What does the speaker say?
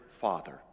father